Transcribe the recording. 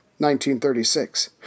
1936